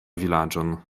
vilaĝon